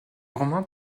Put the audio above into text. romains